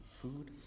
food